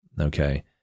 okay